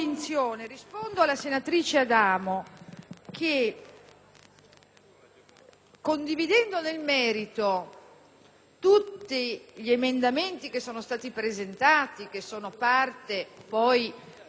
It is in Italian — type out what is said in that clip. condividendo nel merito tutti gli emendamenti presentati che sono parte integrante del disegno di legge sullo *stalking* in esame alla Camera,